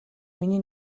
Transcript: миний